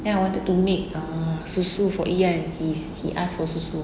then I wanted to make err susu for iyan he's he asked for susu